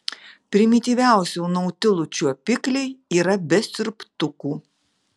primityviausių nautilų čiuopikliai yra be siurbtukų